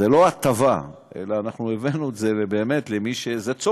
זו לא הטבה, אלא אנחנו הבאנו את זה, זה צורך.